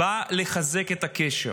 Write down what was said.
באה לחזק את הקשר.